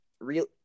real